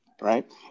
Right